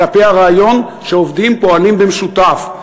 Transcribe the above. כלפי הרעיון שעובדים פועלים במשותף,